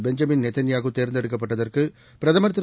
Benjamin Netanyahu தேர்ந்தெடுக்கப்பட்டதற்கு பிரதமர் திரு